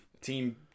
Team